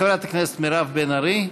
חברת הכנסת מירב בן ארי,